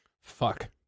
Fuck